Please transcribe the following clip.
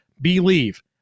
believe